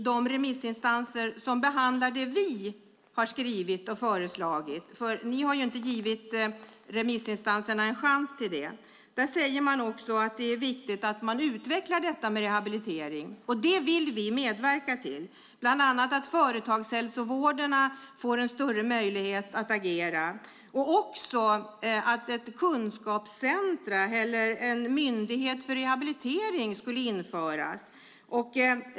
De remissinstanser som behandlar det som vi har skrivit och föreslagit säger - ni har inte gett remissinstanserna en chans till det - att det är viktigt att man utvecklar rehabiliteringen. Det vill vi medverka till, bland annat att företagshälsovården får en större möjlighet att agera och också att ett kunskapscentrum, eller en myndighet för rehabilitering, ska införas.